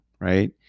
right